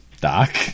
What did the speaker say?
Doc